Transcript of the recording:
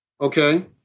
Okay